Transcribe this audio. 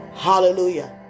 Hallelujah